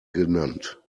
genannt